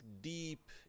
deep